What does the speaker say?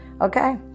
Okay